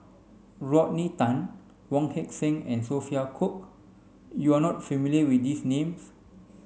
Rodney Tan Wong Heck Sing and Sophia Cooke you are not familiar with these names